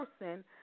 person